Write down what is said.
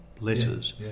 Letters